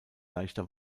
leichter